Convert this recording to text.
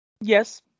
Yes